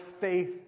faith